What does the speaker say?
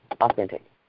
authentic